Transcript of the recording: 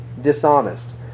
dishonest